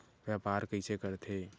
व्यापार कइसे करथे?